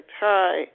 Hi